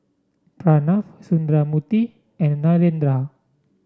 Pranav Sundramoorthy and Narendra